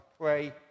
pray